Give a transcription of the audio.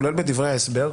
כולל בדברי ההסבר,